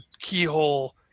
keyhole